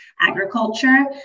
agriculture